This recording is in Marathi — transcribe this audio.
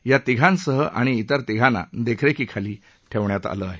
या तिघांसह आणि तिर तिघांना देखरेखीखाली ठेवण्यात आलं आहे